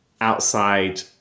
outside